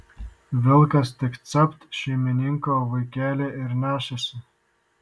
vilkas tik capt šeimininko vaikelį ir nešasi